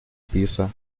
pisa